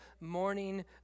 morning